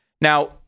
Now